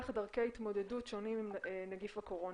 דרכי התמודדות שונים עם נגיף הקורונה.